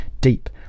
deep